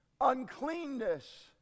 uncleanness